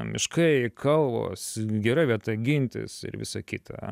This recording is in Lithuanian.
miškai kalvos gera vieta gintis ir visa kita